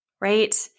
right